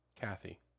Kathy